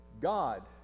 God